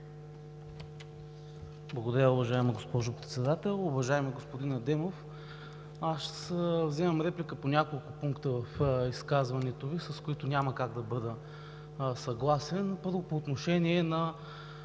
Благодаря, уважаема госпожо Председател. Уважаеми господин Адемов, аз вземам реплика по няколко пункта в изказването Ви, с които няма как да бъда съгласен. Първо, по отношение на